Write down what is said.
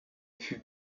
plus